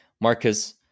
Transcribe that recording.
Marcus